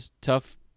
tough